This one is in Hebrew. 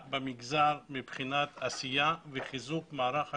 מבחינת עשייה וחיזוק מערך הכבאות.